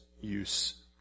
use